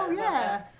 yeah.